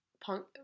Punk